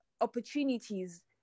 opportunities